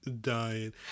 dying